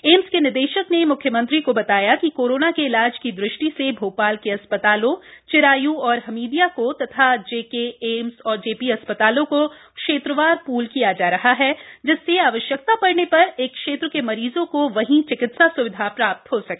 AIIMS के निदेशक ने मुख्यमंत्री को बताया कि कोरोना के इलाज की दृष्टि से भोपाल के अस्पतालों चिराय् एवं हमीदिया को तथा जेके एम्स एवं जेपी अस्पतालों को क्षेत्रवार पूल किया जा रहा है जिससे आवश्यकता पड़ने पर एक क्षेत्र के मरीजों को वहीं चिकित्सा स्विधा प्राप्त हो सके